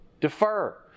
Defer